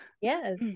Yes